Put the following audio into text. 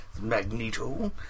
Magneto